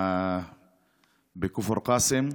בכפר קאסם.